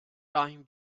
time